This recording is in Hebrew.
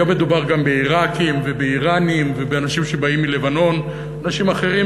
היום מדובר גם בעיראקים ובאיראנים ובאנשים שבאים מלבנון ואנשים אחרים.